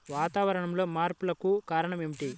వాతావరణంలో మార్పులకు కారణాలు ఏమిటి?